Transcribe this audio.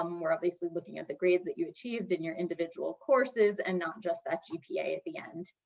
um we're obviously looking at the grades that you achieved in your individual courses and not just that gpa at the end.